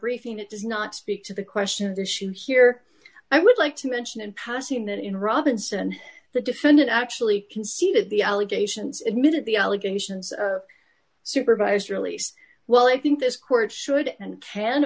briefing it does not speak to the question the issue here i would like to mention in passing that in robinson the defendant actually conceded the allegations admitted the allegations supervised release well i think this court should and can